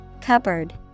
Cupboard